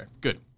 good